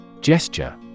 Gesture